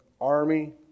army